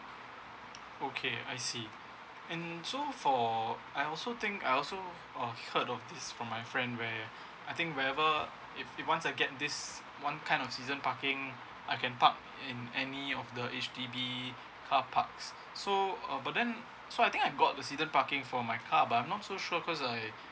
okay I see and so for I also think I also uh heard of this from my friend where I think whenever if if once I get this one time of season parking I can park in any of the H_D_B carparks so uh but then so I think I got the season parking for my car but I'm not so sure cause I